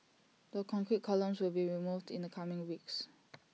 the concrete columns will be removed in the coming weeks